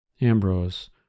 Ambrose